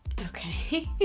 okay